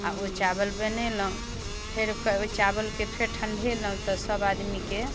आओर ओ चावल बनेलहुँ फेरके ओइ चावलके फेर ठण्डेलहुँ तऽ सब आदमीके